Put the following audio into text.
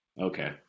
Okay